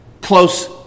close